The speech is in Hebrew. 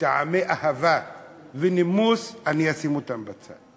מטעמי אהבה ונימוס, אשים אותם בצד.